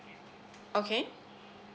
okay